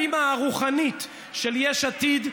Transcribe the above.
האימא הרוחנית של יש עתיד,